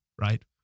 right